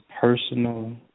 personal